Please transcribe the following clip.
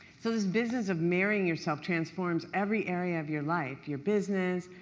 so this business of marrying yourself transforms every area of your life your business,